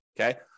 Okay